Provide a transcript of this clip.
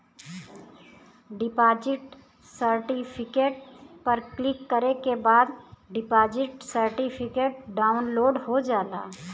deposit certificate पर click करे के बाद डिपॉजिट सर्टिफिकेट डाउनलोड हो जाला